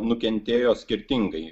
nukentėjo skirtingai